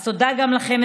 אז תודה גם לכם,